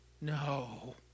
No